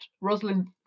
Rosalind